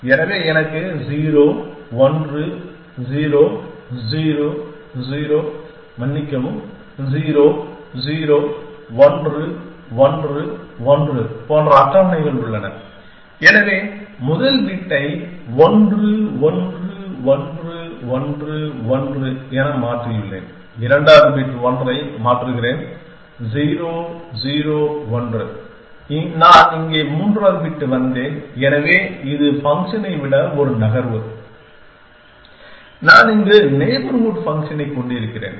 எனவே எனக்கு 0 1 0 0 0 மன்னிக்கவும் 0 0 1 1 1 போன்ற அட்டவணைகள் உள்ளன எனவே முதல் பிட்டை 1 1 1 1 1 என மாற்றியுள்ளேன் இரண்டாவது பிட் 1 ஐ மாற்றுகிறேன் 0 0 1 நான் இங்கே மூன்றாவது பிட் வந்தேன் எனவே இது ஃபங்க்ஷனை விட ஒரு நகர்வு நான் இங்கு நெய்பர்ஹூட் ஃபங்க்ஷனைக் கொண்டிருக்கிறேன்